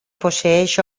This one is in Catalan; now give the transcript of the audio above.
posseeix